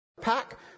Pack